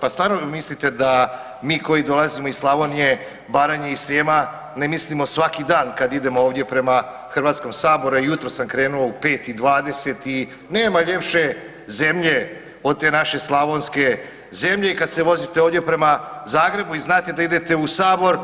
Pa stvarno vi mislite da mi koji dolazimo iz Slavonije, Baranje i Srijema ne mislimo svaki dan kad idemo ovdje prema HS-, evo jutros sam krenuo u 5 i 20 i nema ljepše zemlje od te naše slavonske zemlje i kad se vozite ovdje prema Zagrebu i znate da idete u Sabor,